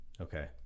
Okay